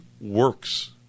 works